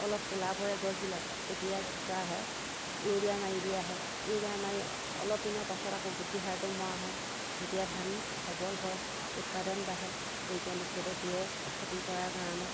অলপ ক'লা পৰে গছবিলাক তেতিয়া কি কৰা হয় ইউৰিয়া মাৰি দিয়া হয় ইউৰিয়া মাৰি অলপ দিনৰ পাছত আকৌ গুটি সাৰটো মৰা হয় তেতিয়া ধান সবল হয় উৎপাদন বাঢ়ে বৈজ্ঞানিক পদ্ধতিৰে খেতি কৰাৰ কাৰণে